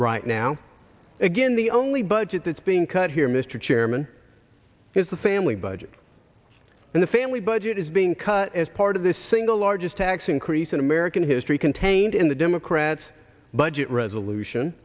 right now again the only budget that's being cut here mr chairman is the family budget and the family budget is being cut as part of the single largest tax increase in american history contained in the democrats budget resolution